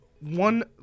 one